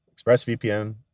ExpressVPN